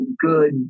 good